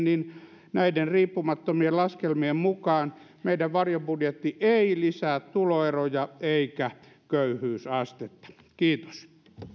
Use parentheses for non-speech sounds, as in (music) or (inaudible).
(unintelligible) niin näiden riippumattomien laskelmien mukaan meidän varjobudjettimme ei ei lisää tuloeroja eikä köyhyysastetta kiitos